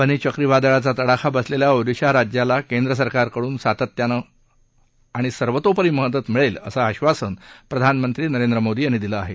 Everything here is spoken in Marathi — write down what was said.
फनी चक्रीवादळाचा तडाखा बसलेल्या ओडिशा राज्याला केंद्रसरकारकडून सातत्यानं मदत मिळेल असं आश्वासन प्रधानमंत्री नरेंद्र मोदी यांनी दिलं आहे